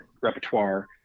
repertoire